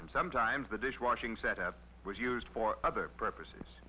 and sometimes the dishwashing set was used for other purposes